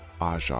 Aja